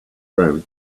room